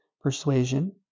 persuasion